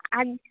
ଆଜି